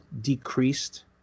decreased